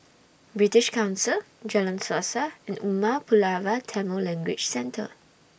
British Council Jalan Suasa and Umar Pulavar Tamil Language Centre